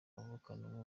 avukana